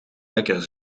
lekker